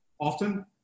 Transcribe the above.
Often